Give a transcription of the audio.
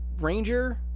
Ranger